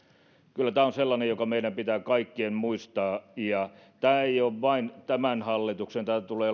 kyllä tämä on sellainen mikä meidän pitää kaikkien muistaa ja tämä ei ole vain tämän hallituksen haaste vaan tämä tulee